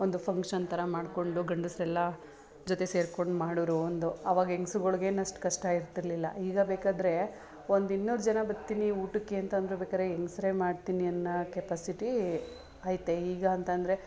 ಒಂದು ಫಂಕ್ಷನ್ ಥರ ಮಾಡಿಕೊಂಡು ಗಂಡಸರೆಲ್ಲ ಜೊತೆ ಸೇರ್ಕೊಂಡು ಮಾಡೋರು ಒಂದು ಅವಾಗ ಹೆಂಗ್ಸ್ರುಗಳ್ಗೇನು ಅಷ್ಟು ಕಷ್ಟ ಇರ್ತಿರಲಿಲ್ಲ ಈಗ ಬೇಕಾದರೆ ಒಂದು ಇನ್ನೂರು ಜನ ಬರ್ತೀನಿ ಊಟಕ್ಕೆ ಅಂತ ಅಂದ್ರೆ ಬೇಕಾದ್ರೆ ಹೆಂಗಸ್ರೇ ಮಾಡ್ತೀನಿ ಅನ್ನೋ ಕೆಪಾಸಿಟೀ ಐತೆ ಈಗ ಅಂತ ಅಂದ್ರೆ